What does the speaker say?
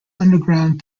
underground